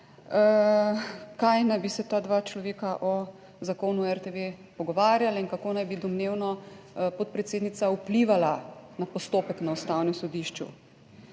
kaj naj bi se ta dva človeka o zakonu o RTV pogovarjala in kako naj bi domnevno podpredsednica vplivala na postopek na Ustavnem sodišču.